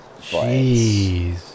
Jeez